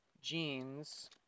jeans